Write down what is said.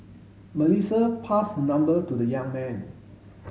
Melissa passed her number to the young man